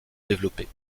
développés